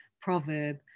proverb